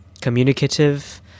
communicative